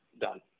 Done